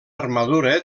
armadura